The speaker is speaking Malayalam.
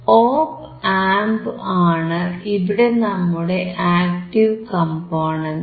ഓപ് ആംപ് ആണ് ഇവിടെ നമ്മുടെ ആക്ടീവ് കംപോണന്റ്